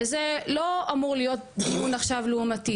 וזה לא אמור להיות דיון לעומתי,